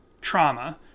trauma